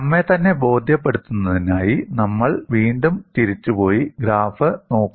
നമ്മെത്തന്നെ ബോധ്യപ്പെടുത്തുന്നതിനായി നമ്മൾ വീണ്ടും തിരിച്ചുപോയി ഗ്രാഫ് നോക്കും